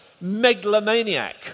megalomaniac